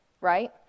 right